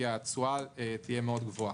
כי התשואה תהיה מאוד גבוהה.